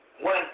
one